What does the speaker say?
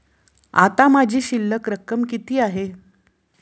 आता माझी शिल्लक रक्कम किती आहे?